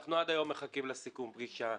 עד היום אנחנו מחכים לסיכום פגישה.